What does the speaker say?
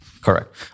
Correct